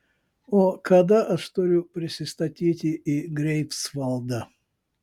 o kada aš turiu prisistatyti į greifsvaldą